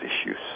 issues